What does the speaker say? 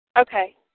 Okay